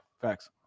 Facts